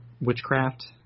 witchcraft